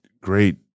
great